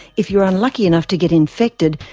if you are unlucky enough to get infected,